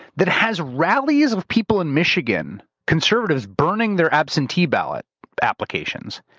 that has rallies of people in michigan, conservatives burning their absentee ballot applications.